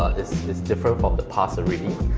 it's different from the past already,